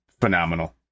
phenomenal